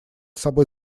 собой